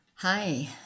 Hi